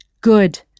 Good